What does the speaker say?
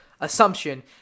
assumption